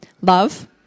Love